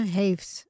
heeft